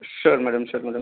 sure madam sure madam